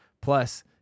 Plus